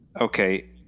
okay